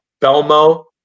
Belmo